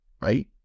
right